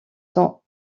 sont